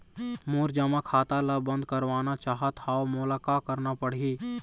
मोर जमा खाता ला बंद करवाना चाहत हव मोला का करना पड़ही?